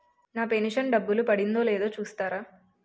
నా pension డబ్బులు పడిందో లేదో చూస్తారా?